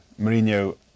Mourinho